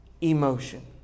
emotion